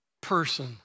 person